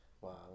Wow